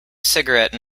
cigarette